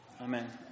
amen